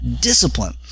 discipline